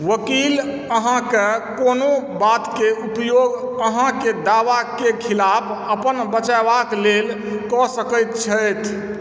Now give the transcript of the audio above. वकील अहाँके कोनो बातके उपयोग अहाँके दावाके खिलाफ अपन बचेवाक लेल कऽ सकैत छथि